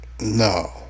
no